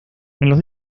los